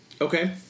Okay